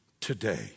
today